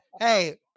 Hey